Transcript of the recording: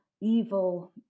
evil